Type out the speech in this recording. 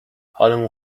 حالمون